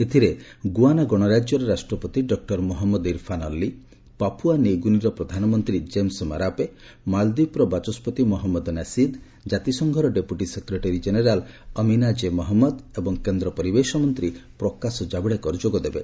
ଏଥିରେ ଗୁଆନା ଗଣରାକ୍ୟର ରାଷ୍ଟ୍ରପତି doctor Mohamed Irfaan Ali Papua ନ୍ୟୁଗିନିର ପ୍ରଧାନମନ୍ତ୍ରୀ ଜେମ୍ସ ମାରାପେ ମାଳଦ୍ୱୀପର ବାଚସ୍କତି ମହଜ୍ଞଦ ନାସିଦ ଜାତିସଂଘର deputy secretary general Amina J Mohammed ଏବଂ କେନ୍ଦ୍ର ପରିବେଶ ମନ୍ତ୍ରୀ ପ୍ରକାଶ ଜାଭଡେକର ଯୋଗଦେବେ